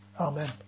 Amen